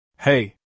Hey